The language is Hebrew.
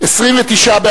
2 נתקבלו.